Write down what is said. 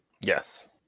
Yes